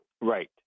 Right